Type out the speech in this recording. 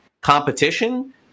competition